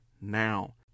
now